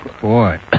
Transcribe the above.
Boy